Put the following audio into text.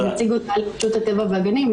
נציג אותה לרשות הטבע והגנים,